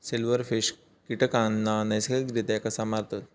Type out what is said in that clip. Silverfish कीटकांना नैसर्गिकरित्या कसा मारतत?